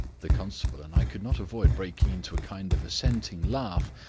the constable and i could not avoid breaking into a kind of assenting laugh,